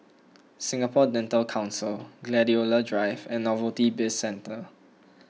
Singapore Dental Council Gladiola Drive and Novelty Bizcentre